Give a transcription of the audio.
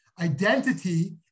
Identity